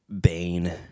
Bane